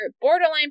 borderline